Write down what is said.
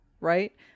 right